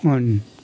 on